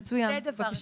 זה לא המטפל